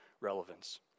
relevance